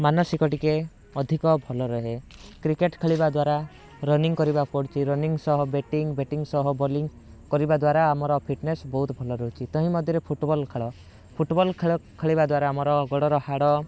ମାନସିକ ଟିକେ ଅଧିକ ଭଲ ରହେ କ୍ରିକେଟ ଖେଳିବା ଦ୍ୱାରା ରନିଙ୍ଗ୍ କରିବାକୁ ପଡ଼ୁଛି ରନିଙ୍ଗ୍ ସହ ବେଟିଙ୍ଗ ବେଟିଙ୍ଗ ସହ ବୋଲିଙ୍ଗ୍ କରିବା ଦ୍ୱାରା ଆମର ଫିଟନେସ୍ ବହୁତ ଭଲ ରହୁଛି ତହିଁ ମଧ୍ୟରେ ଫୁଟବଲ ଖେଳ ଫୁଟବଲ ଖେଳ ଖେଳିବା ଦ୍ୱାରା ଆମର ଗୋଡ଼ର ହାଡ଼